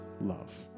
love